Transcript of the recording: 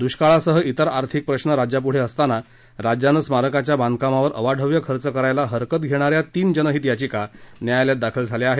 दष्काळासह इतर आर्थिक प्रश्न राज्यापूढे असताना राज्याने स्मारकाच्या बांधकामावर अवाढव्य खर्च करायला हरकत घेणा या तीन जनहित याचिका न्यायालयात दाखल झाल्या आहेत